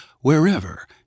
wherever